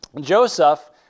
Joseph